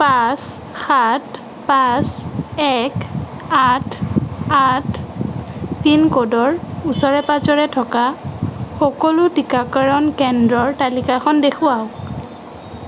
পাঁচ সাত পাঁচ এক আঠ আঠ পিনক'ডৰ ওচৰে পাজৰে থকা সকলো টীকাকৰণ কেন্দ্ৰৰ তালিকাখন দেখুৱাওঁক